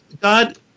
God